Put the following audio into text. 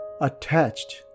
attached